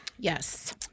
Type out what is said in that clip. Yes